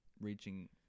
reaching